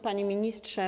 Panie Ministrze!